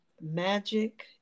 magic